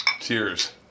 Cheers